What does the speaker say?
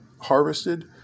harvested